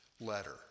letter